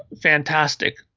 fantastic